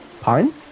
Pine